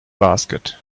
basket